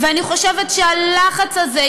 ואני חושבת שהלחץ הזה,